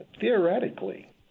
theoretically